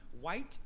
white